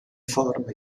forme